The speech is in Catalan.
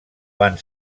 van